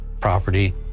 property